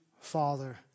Father